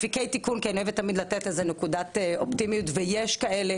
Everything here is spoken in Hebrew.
אפיקי תיקון כי אני אוהבת תמיד לתת נקודת אופטימיות ויש כאלו,